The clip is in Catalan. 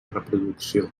reproducció